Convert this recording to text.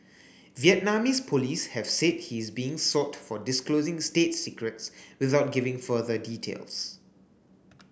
Vietnamese police have said he is being sought for disclosing state secrets without giving further details